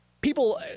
people